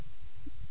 k'